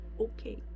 Okay